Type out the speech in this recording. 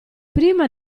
prima